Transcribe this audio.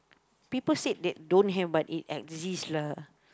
people said that don't have but it exist lah